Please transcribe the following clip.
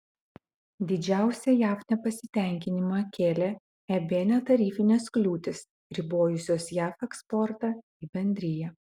didžiausią jav nepasitenkinimą kėlė eb netarifinės kliūtys ribojusios jav eksportą į bendriją